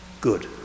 good